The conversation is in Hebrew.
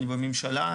אני בממשלה,